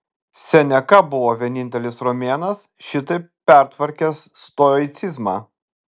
seneka buvo vienintelis romėnas šitaip pertvarkęs stoicizmą